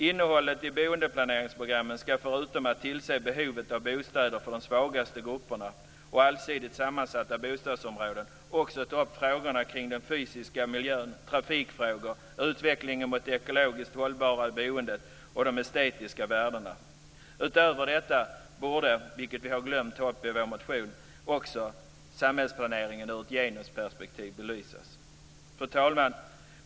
Innehållet i boendeplaneringsprogrammen ska förutom att tillse behovet av bostäder för de svagaste grupperna och allsidigt sammansatta bostadsområden också ta upp frågor kring den fysiska miljön, trafikfrågor, utveckling mot det ekologiskt hållbara boendet och de estetiska värdena. Utöver detta borde, vilket vi har glömt att ta upp i vår motion, också samhällsplaneringen belysas ur ett genusperspektiv. Fru talman!